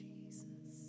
Jesus